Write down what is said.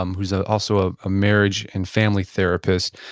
um who's ah also ah a marriage and family therapist.